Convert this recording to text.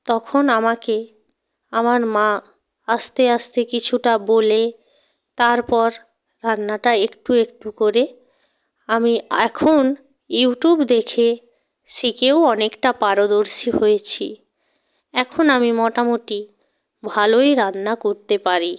তখন আমাকে আমার মা আস্তে আস্তে কিছুটা বলে তারপর রান্নাটা একটু একটু করে আমি এখন ইউটিউব দেখে শিখেও অনেকটা পারদর্শী হয়েছি এখন আমি মোটামুটি ভালোই রান্না করতে পারি